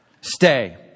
Stay